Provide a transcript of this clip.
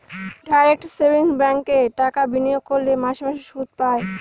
direct savings ব্যাঙ্কে টাকা বিনিয়োগ করলে মাসে মাসে সুদ পায়